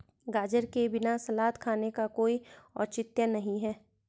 गाजर के बिना सलाद खाने का कोई औचित्य नहीं है